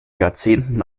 jahrzehnten